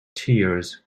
tears